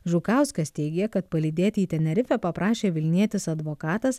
žukauskas teigė kad palydėti į tenerifę paprašė vilnietis advokatas